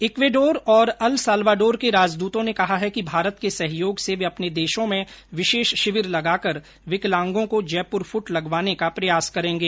इक्वेडोर और अलसलवाडोर के राजद्रतों ने कहा है कि भारत के सहयोग से वे अपने देशों में विशेष शिविर लगाकर विकलांगों को जयपुर फुट लगवाने का प्रयास करेगे